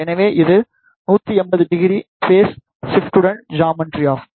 எனவே இது 1800 பேஸ் ஷிப்ட்ன் ஜாமெட்ரி ஆகும்